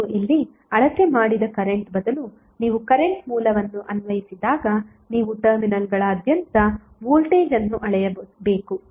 ನೀವು ಇಲ್ಲಿ ಅಳತೆ ಮಾಡಿದ ಕರೆಂಟ್ ಬದಲು ನೀವು ಕರೆಂಟ್ ಮೂಲವನ್ನು ಅನ್ವಯಿಸಿದಾಗ ನೀವು ಟರ್ಮಿನಲ್ಗಳಾದ್ಯಂತ ವೋಲ್ಟೇಜ್ ಅನ್ನು ಅಳೆಯಬೇಕು